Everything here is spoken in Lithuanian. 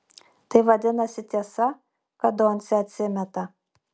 tai vadinasi tiesa kad doncė atsimeta